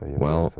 well,